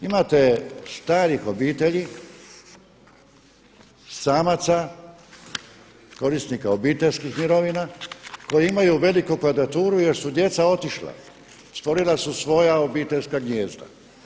Imate starih obitelji, samaca, korisnika obiteljskih mirovina koji imaju veliku kvadraturu jer su djeca otišla, stvorila su svoja obiteljska gnijezda.